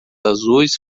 azuis